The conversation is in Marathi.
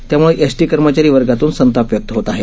त्यामुळे एसटी कर्मचारी वर्गातून संताप व्यक्त होत आहे